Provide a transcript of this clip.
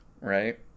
Right